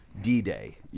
D-Day